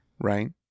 right